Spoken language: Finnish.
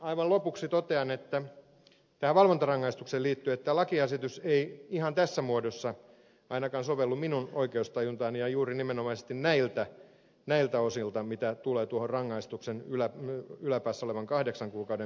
aivan lopuksi totean tähän valvontarangaistukseen liittyen että lakiesitys ei ihan tässä muodossa sovellu ainakaan minun oikeustajuntaani ja juuri nimenomaisesti näiltä osin mitä tulee tuohon rangaistuksen yläpäässä olevan kahdeksan kuukauden mittaamiseen